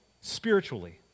spiritually